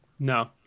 No